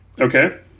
Okay